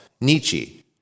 Nietzsche